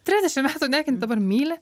trisdešim metų nekenti dabar myli